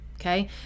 okay